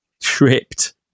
tripped